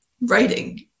writing